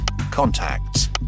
Contacts